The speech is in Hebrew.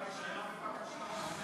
אפשר לשים את הרשימה, בבקשה?